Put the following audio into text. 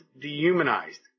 dehumanized